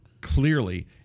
clearly